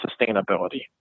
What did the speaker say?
sustainability